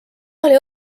oli